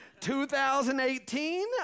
2018